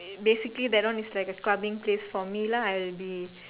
basically that one is like a clubbing place for me lah I'll be